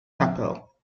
capel